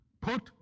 put